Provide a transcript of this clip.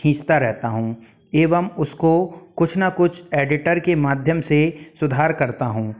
खींचता रहता हूँ एवं उसको कुछ न कुछ एडिटर के माध्यम से सुधार करता हूँ